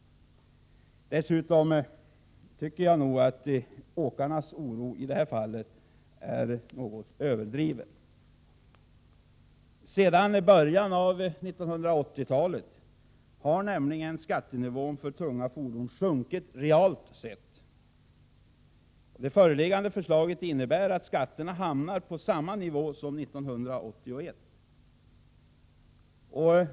Dessutom tycker jag att åkarnas oro i det här fallet är något överdriven. Sedan början av 1980-talet har nämligen skattenivån för tunga fordon sjunkit realt sett. Det föreliggande förslaget innebär att skatterna hamnar på samma nivå som 1981.